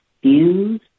Views